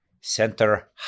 Center